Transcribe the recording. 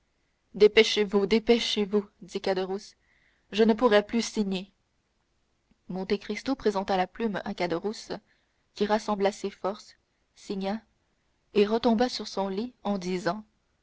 dépêchez-vous dépêchez-vous dit caderousse je ne pourrais plus signer monte cristo présenta la plume à caderousse qui rassembla ses forces signa et retomba sur son lit en disant